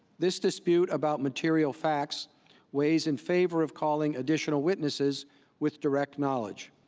this dispute about material facts weighs in favor of calling additional witnesses with direct knowledge.